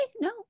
No